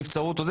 נבצרותו,